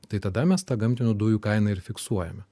tai tada mes tą gamtinių dujų kainą ir fiksuojame